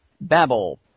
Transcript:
Babble